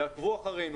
יעקבו אחרינו,